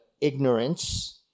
ignorance